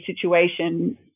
situation